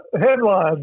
headlines